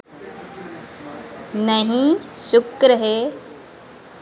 नहीं शुक्र है